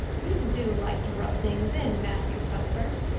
you do like to rub things in, matthew cuthbert.